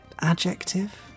adjective